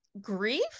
grief